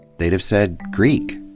they'd have said, greek.